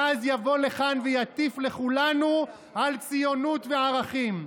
ואז יבוא לכאן ויטיף לכולנו על ציונות וערכים.